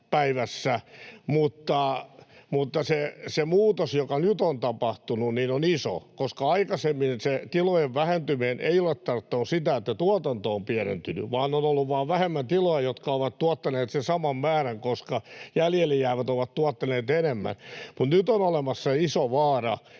Se muutos, joka nyt on tapahtunut, on iso, koska aikaisemmin se tilojen vähentyminen ei ole tarkoittanut sitä, että tuotanto on pienentynyt, vaan on ollut vain vähemmän tiloja, jotka ovat tuottaneet sen saman määrän, koska jäljelle jäävät ovat tuottaneet enemmän. Mutta nyt on olemassa iso vaara,